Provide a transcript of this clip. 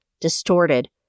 distorted